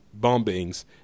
bombings